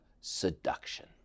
seduction